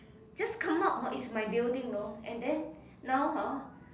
just come up is my building know and then now hor